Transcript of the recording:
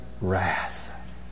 wrath